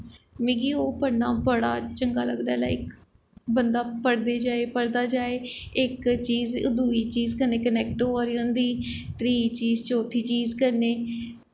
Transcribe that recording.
मिगी ओह् पढ़ना बड़ा चंगा लगदा लाईक बंदा पढ़दे जाए पढ़दा जाए इक चीज़ दूई चीज़ कन्नै कनैक्ट होऐ दी होंदी त्री चीज़ चौथी चीज कन्नै